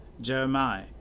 Jeremiah